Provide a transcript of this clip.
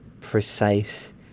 precise